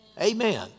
Amen